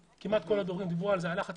אחרי --- הם יגיעו לזה עם יותר ריבית והצמדות.